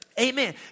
Amen